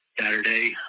Saturday